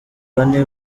bane